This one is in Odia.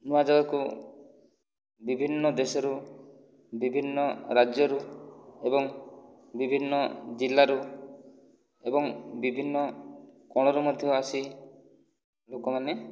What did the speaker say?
ନୂଆ ଯାଗାକୁ ବିଭିନ୍ନ ଦେଶରୁ ବିଭିନ୍ନ ରାଜ୍ୟରୁ ଏବଂ ବିଭିନ୍ନ ଜିଲ୍ଲାରୁ ଏବଂ ବିଭିନ୍ନ କୋଣରୁ ମଧ୍ୟ ଆସି ଲୋକମାନେ